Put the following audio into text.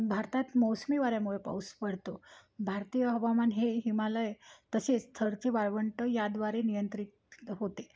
भारतात मोसमी वाऱ्यामुळे पाऊस पडतो भारतीय हवामान हे हिमालय तसेच थारचे वाळवंट याद्वारे नियंत्रित होते